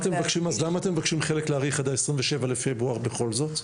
אז למה אתם מבקשים חלק להאריך עד ה-27 בפברואר בכל זאת?